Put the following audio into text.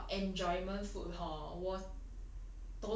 如果你要 talk about enjoyment food hor 我